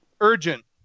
Urgent